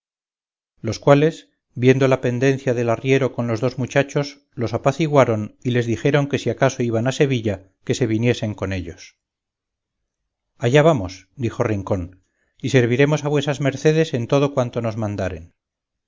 los cuales viendo la pendencia del arriero con los dos muchachos los apaciguaron y les dijeron que si acaso iban a sevilla que se viniesen con ellos allá vamos dijo rincón y serviremos a vuesas mercedes en todo cuanto nos mandaren